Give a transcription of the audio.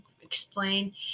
explain